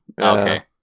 Okay